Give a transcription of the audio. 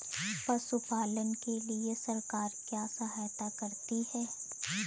पशु पालन के लिए सरकार क्या सहायता करती है?